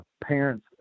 parents